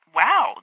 wow